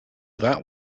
that